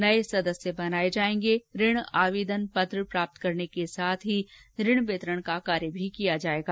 नये सदस्य बनाए जाएंगे ऋण आवेदन प्राप्त करने के साथ साथ ऋण वितरण का भी कार्य किया जाएगा